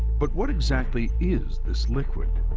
but what exactly is this liquid?